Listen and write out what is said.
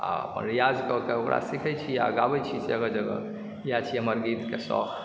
अपन रियाजककऽके ओकरा सीखय छी आ गाबय छी जगह जगह इएह छियै हमर गीतके शौक